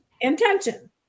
intention